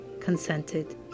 consented